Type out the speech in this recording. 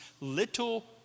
little